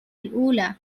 الأولى